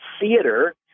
Theater